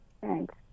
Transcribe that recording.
Thanks